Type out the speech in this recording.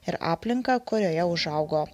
ir aplinką kurioje užaugo